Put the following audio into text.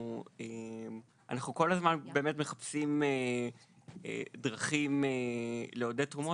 אנחנו כל הזמן באמת מחפשים דרכים לעודד תרומות,